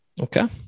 Okay